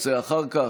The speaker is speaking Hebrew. רוצה אחר כך?